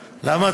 למה?